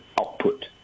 output